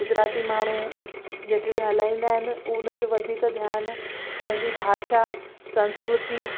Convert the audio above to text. गुजराती माण्हू जेके ॻाल्हाईंदा आहिनि उन्हनि जो वधीक ध्यानु पंहिंजी भाषा संस्कृति